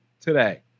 today